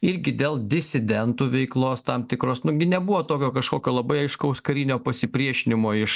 irgi dėl disidentų veiklos tam tikros nu gi nebuvo tokio kažkokio labai aiškaus karinio pasipriešinimo iš